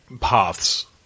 paths-